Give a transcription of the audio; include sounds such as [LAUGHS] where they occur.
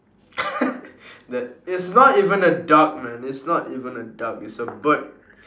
[LAUGHS] that it's not even a duck man it's not even a duck it's a bird